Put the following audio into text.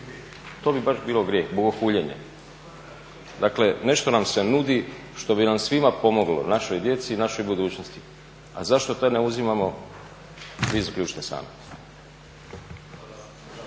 to bi baš bilo grijeh, bogohuljenje. Dakle, nešto nam se nudi što bi nam svima pomoglo, našoj djeci i našoj budućnosti, a zašto to ne uzimamo, vi zaključite sami.